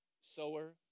sower